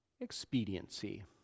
Expediency